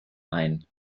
ein